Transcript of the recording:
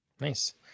Nice